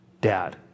dad